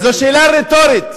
זו שאלה רטורית,